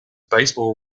baseball